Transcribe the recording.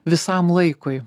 visam laikui